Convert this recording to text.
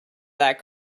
that